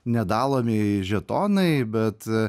nedalomieji žetonai bet